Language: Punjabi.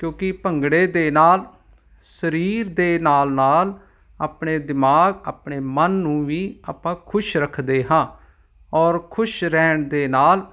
ਕਿਉਂਕਿ ਭੰਗੜੇ ਦੇ ਨਾਲ ਸਰੀਰ ਦੇ ਨਾਲ ਨਾਲ ਆਪਣੇ ਦਿਮਾਗ ਆਪਣੇ ਮਨ ਨੂੰ ਵੀ ਆਪਾਂ ਖੁਸ਼ ਰੱਖਦੇ ਹਾਂ ਔਰ ਖੁਸ਼ ਰਹਿਣ ਦੇ ਨਾਲ